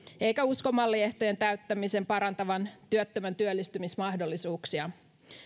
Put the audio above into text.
eikä usko mallin ehtojen täyttämisen parantavan työttömän työllistymismahdollisuuksia